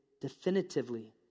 definitively